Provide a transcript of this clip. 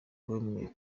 wemeye